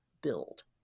build